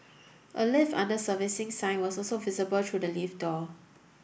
a lift under servicing sign was also visible through the lift door